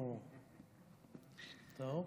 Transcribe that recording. אוה, טוב.